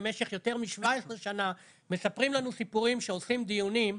במשך יותר מ-17 שנה מספרים לנו סיפורים שעושים דיונים,